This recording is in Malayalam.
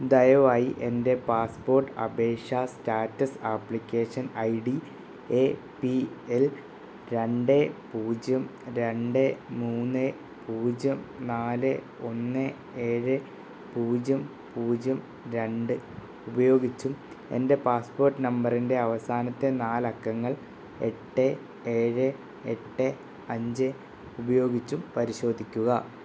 ദയവായി എൻറ്റെ പാസ്പ്പോട്ട് അപേക്ഷാ status application I D A P L രണ്ട് പൂജ്യം രണ്ട് മൂന്ന് പൂജ്യം നാല് ഒന്ന് ഏഴ് പൂജ്യം പൂജ്യം രണ്ട് ഉപയോഗിച്ചും എൻറ്റെ പാസ്പ്പോട്ട് നമ്പറിൻറ്റെ അവസാനത്തെ നാലക്കങ്ങൾ എട്ട് ഏഴ് എട്ട് അഞ്ച് ഉപയോഗിച്ചും പരിശോധിക്കുക